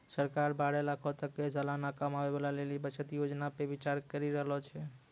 सरकार बारह लाखो तक के सलाना कमाबै बाला लेली बचत योजना पे विचार करि रहलो छै